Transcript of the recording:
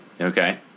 Okay